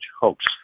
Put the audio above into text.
Hoax